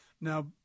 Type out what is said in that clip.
Now